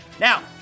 Now